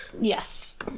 Yes